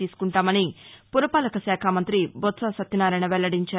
తీసుకుంటామని పురపాలక శాఖ మంతి బొత్స సత్యనారాయణ వెల్లదించారు